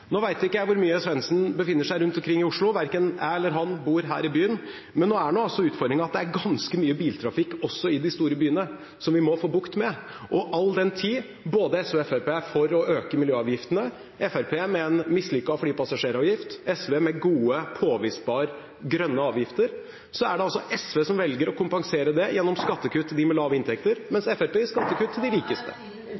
vet ikke hvor mye Svendsen befinner seg rundt omkring i Oslo. Verken jeg eller han bor her i byen, men utfordringen er nå en gang slik at det er ganske mye biltrafikk, også i de store byene, som vi må få bukt med. Og all den tid både SV og Fremskrittspartiet er for å øke miljøavgiftene – Fremskrittspartiet med en mislykket flypassasjeravgift, SV med grønne avgifter med påvisbar effekt – er det altså SV som velger å kompensere det gjennom skattekutt til dem med lave inntekter,